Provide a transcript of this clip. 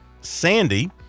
Sandy